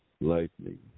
lightning